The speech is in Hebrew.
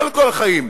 לא לכל החיים,